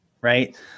right